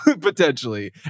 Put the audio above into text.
potentially